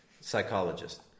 Psychologist